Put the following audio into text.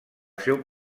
seu